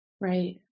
right